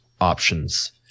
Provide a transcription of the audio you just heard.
options